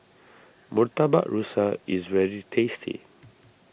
Murtabak Rusa is very tasty